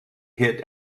hit